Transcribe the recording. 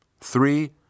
three